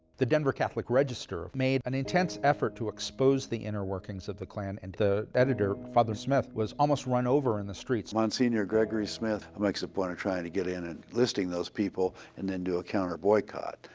the denver catholic register made an intense effort to expose the inner workings of the klan and the editor, father smith was almost run over in the streets. msgr. gregory smith makes a point of trying to get in and listing those people and then do a counter boycott.